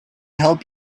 help